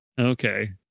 okay